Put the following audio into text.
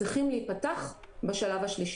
צריכים להיפתח בשלב השלישי.